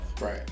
right